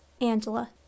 Angela